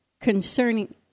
concerning